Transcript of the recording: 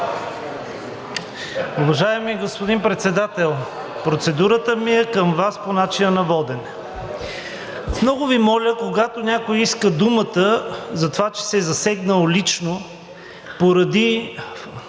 Уважаеми господин Председател, процедурата ми е към Вас по начина на водене. Много Ви моля, когато някой иска думата, за това, че се е засегнал лично поради